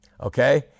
okay